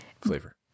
flavor